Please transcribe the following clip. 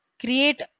create